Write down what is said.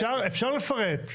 אפשר לפרט.